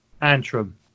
Antrim